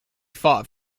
fought